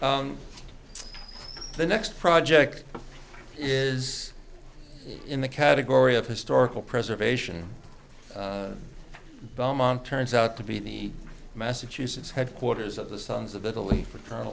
the next project is in the category of historical preservation belmont turns out to be the massachusetts headquarters of the sons of italy fratern